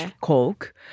Coke